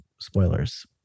spoilers